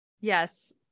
Yes